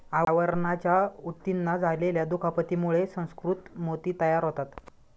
आवरणाच्या ऊतींना झालेल्या दुखापतीमुळे सुसंस्कृत मोती तयार होतात